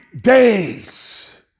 days